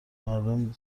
مردم